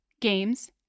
games